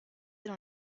dans